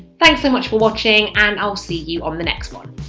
thanks so much for watching and i'll see you on the next one